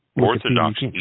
Orthodox